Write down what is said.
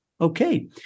Okay